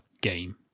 game